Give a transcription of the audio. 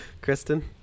Kristen